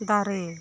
ᱫᱟᱨᱮ